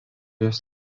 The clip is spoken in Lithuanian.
jos